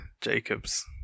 Jacobs